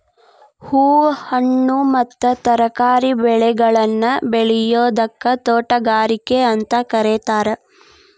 ಹೂ, ಹಣ್ಣು ಮತ್ತ ತರಕಾರಿ ಬೆಳೆಗಳನ್ನ ಬೆಳಿಯೋದಕ್ಕ ತೋಟಗಾರಿಕೆ ಅಂತ ಕರೇತಾರ